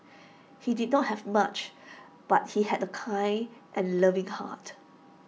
he did not have much but he had A kind and loving heart